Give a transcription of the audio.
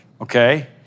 okay